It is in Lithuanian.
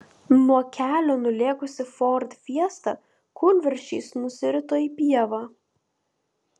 nuo kelio nulėkusi ford fiesta kūlversčiais nusirito į pievą